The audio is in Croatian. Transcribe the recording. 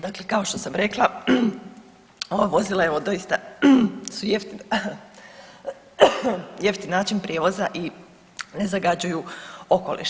Dakle kao što sam rekla, ova vozila evo doista su jeftina, jeftin način prijevoza i ne zagađuju okoliš.